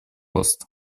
пост